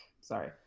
sorry